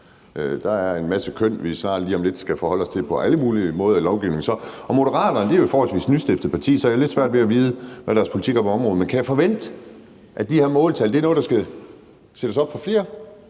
er der en masse køn, som vi lige om lidt på alle mulige måder skal forholde os til i lovgivningen. Moderaterne er jo et forholdsvis nystiftet parti, så jeg har lidt være svært ved at vide, hvad deres politik er på området, men kan jeg forvente, at de her måltal kun skal sættes op for mænd